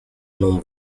non